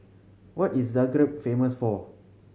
what is Zagreb famous for